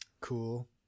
cool